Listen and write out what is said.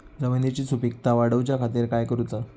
जमिनीची सुपीकता वाढवच्या खातीर काय करूचा?